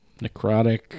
necrotic